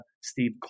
Steve